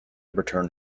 return